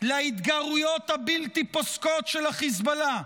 להתגרויות הבלתי-פוסקות של החיזבאללה,